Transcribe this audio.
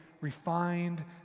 refined